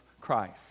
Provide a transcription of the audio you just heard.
Christ